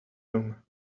room